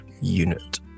unit